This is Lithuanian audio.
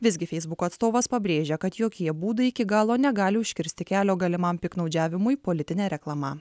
visgi feisbuko atstovas pabrėžia kad jokie būdai iki galo negali užkirsti kelio galimam piktnaudžiavimui politine reklama